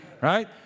right